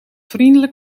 vriendelijk